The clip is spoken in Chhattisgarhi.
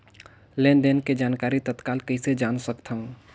लेन देन के जानकारी तत्काल कइसे जान सकथव?